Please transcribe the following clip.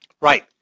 right